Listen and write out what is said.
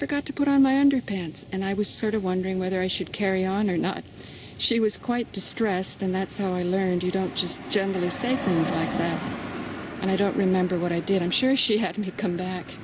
forgot to put on my underpants and i was sort of wondering whether i should carry on or not she was quite distressed and that's how i learned you don't just generally say i don't remember what i did i'm sure she had me come back